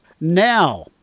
Now